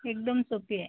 एकदम सोपी आहे